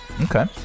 Okay